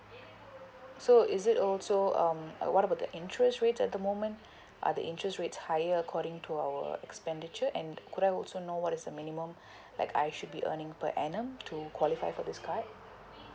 so is it also um uh what about the interest rate at the moment are the interest rate higher according to our expenditure and could I also know what is the minimum like I should be earning per annum to qualify for this card